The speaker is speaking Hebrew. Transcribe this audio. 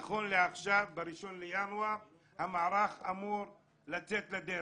נכון לעכשיו, ב-1 בינואר המערך אמור לצאת לדרך.